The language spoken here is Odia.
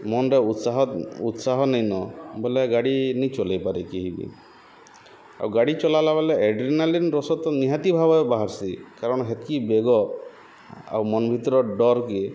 ମନ୍ରେ ଉତ୍ସାହ ଉତ୍ସାହ ନେଇନ ବୋଲେ ଗାଡ଼ି ନି ଚଲେଇ ପାରେ କିହିି ବି ଆଉ ଗାଡ଼ି ଚଲାଲା ବେଲେ ଏଡ୍ରିନାଲିନ୍ ରସ ତ ନିହାତି ଭାବେ ବାହାର୍ସି କାରଣ୍ ହେତ୍କି ବେଗ ଆଉ ମନ୍ ଭିତରର୍ ଡର୍କେ